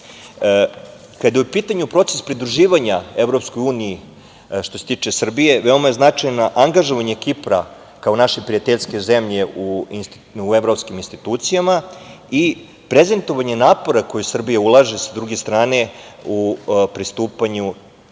je u pitanju proces pridruživanja EU što se tiče Srbije veoma je značajno angažovanje Kipra kao naše prijateljske zemlje u evropskim institucijama i prezentovanje napora koji Srbija ulaže sa druge strane u pristupanju